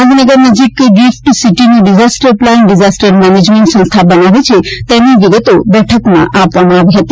ગાંધીનગર નજીક ગિફટ સિટીનો disaster plan disaster management સંસ્થા બનાવે છે તેની વિગતો બેઠકમાં આપવામાં આવી હતી